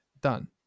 Done